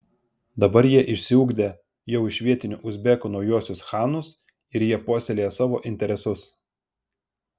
dabar jie išsiugdė jau iš vietinių uzbekų naujuosius chanus ir jie puoselėja savo interesus